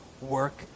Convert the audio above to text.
work